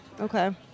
okay